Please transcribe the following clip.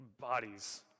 bodies